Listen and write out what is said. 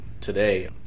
today